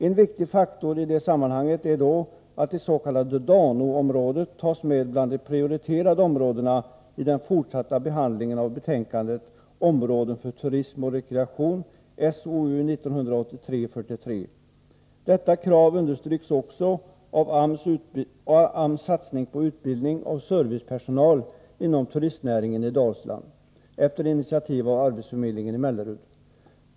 En viktig faktor i det sammanhanget är då att det s.k. Da-No-området tas med bland de prioriterade områdena i den fortsatta behandlingen av betänkandet ”Områden för turism och rekreation”, SOU 1983:43. Detta krav understryks också av AMS satsning på utbildning av servicepersonal inom turistnäringen i Dalsland efter initiativ av arbetsförmedlingen i Mellerud.